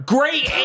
Great